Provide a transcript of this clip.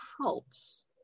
helps